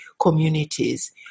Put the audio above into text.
communities